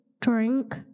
drink